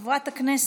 חבר הכנסת לוי?